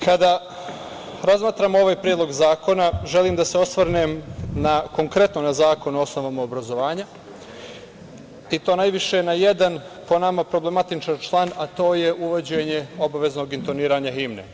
Kada razmatramo ovaj predlog zakona želim da se osvrnem na konkretno Zakon o osnovama obrazovanja i to najviše na jedan, po nama, problematičan član, a to je uvođenje obaveznog intoniranja himne.